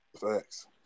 facts